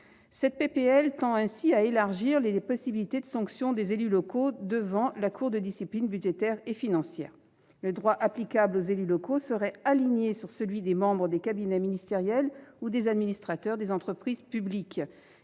de loi tend ainsi à élargir les possibilités de sanction des élus locaux devant la Cour de discipline budgétaire et financière. Le droit applicable aux élus locaux serait aligné sur celui qui concerne les membres des cabinets ministériels ou les administrateurs des entreprises publiques.